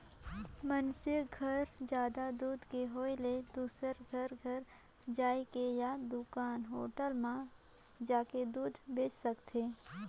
मइनसे घर जादा दूद के होय ले दूसर घर घर जायके या दूकान, होटल म जाके दूद बेंच सकथे